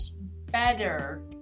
better